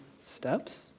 steps